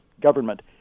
government